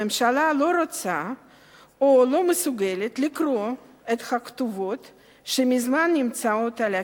הממשלה לא רוצה או לא מסוגלת לקרוא את הכתובות שמזמן נמצאות על הקיר.